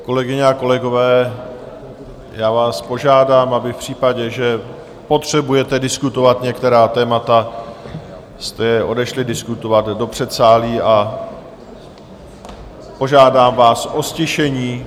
Kolegyně a kolegové, já vás požádám, abyste v případě, že potřebujete diskutovat některá témata, je odešli diskutovat do předsálí, a požádám vás o ztišení.